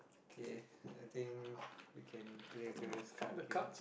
K I think we can play a bit of this card game